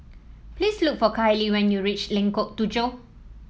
please look for Kylie when you reach Lengkok Tujoh